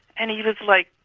and he was like,